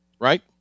right